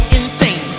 insane